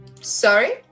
sorry